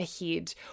ahead